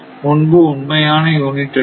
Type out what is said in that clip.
முன்பு உண்மையான யூனிட் எடுத்தோம்